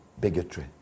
bigotry